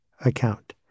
account